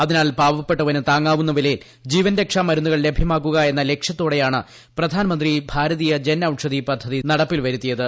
അതിന്ന്റൽ പാവപ്പെട്ടവന് താങ്ങാവുന്ന വിലയിൽ ജീവൻ ആക്ഷ്മാർ മരുന്നുകൾ ലഭ്യമാക്കുക എന്ന ലക്ഷ്യത്തോടെയാണ് പ്രി്ധാൻമന്ത്രി ഭാരതീയ ജൻ ഔഷധി പദ്ധതി നടപ്പിൽ വരുത്തിയത്